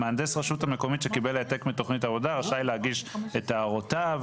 מהנדס הרשות המקומית שקיבל העתק מתוכנית העבודה רשאי להגיש את הערותיו,